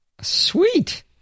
Sweet